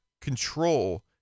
control